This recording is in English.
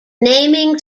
naming